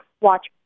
watch